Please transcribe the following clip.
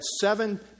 seven